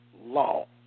law